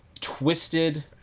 twisted